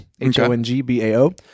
H-O-N-G-B-A-O